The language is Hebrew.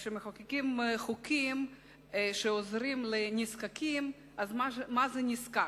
כאשר מחוקקים חוקים שעוזרים לנזקקים, מה זה נזקק?